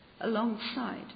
alongside